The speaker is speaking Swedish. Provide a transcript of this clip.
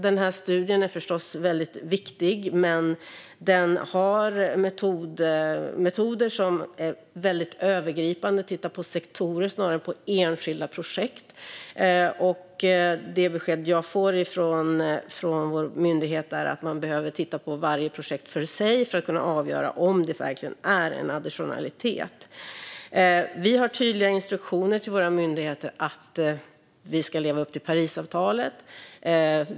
Den studien är förstås väldigt viktig, men den har metoder som är väldigt övergripande. Man tittar på sektorer snarare än på enskilda projekt. Det besked jag får från vår myndighet är att man behöver titta på varje projekt för sig för att kunna avgöra om det verkligen är en additionalitet. Vi har tydliga instruktioner till våra myndigheter att vi ska leva upp till Parisavtalet.